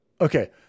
Okay